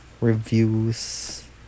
reviews